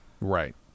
right